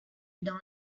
dans